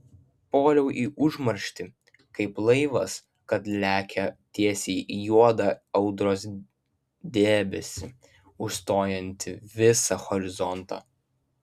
puoliau į užmarštį kaip laivas kad lekia tiesiai į juodą audros debesį užstojantį visą horizontą